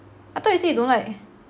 I thought you say you don't like